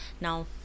Now